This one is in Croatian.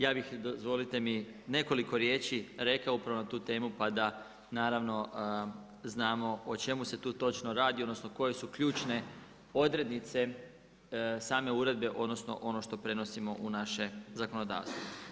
Ja bih dozvolite mi nekoliko riječi rekao upravo na tu temu pa da znamo o čemu se tu točno radi odnosno koje su ključne odrednice same uredbe odnosno ono što prenosimo u naše zakonodavstvo.